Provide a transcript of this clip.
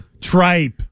Tripe